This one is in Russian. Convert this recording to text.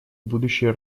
будущей